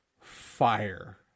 Fire